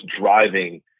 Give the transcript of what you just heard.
driving